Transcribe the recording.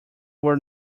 were